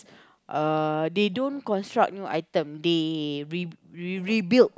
uh they don't construct new item they re~ re~ rebuild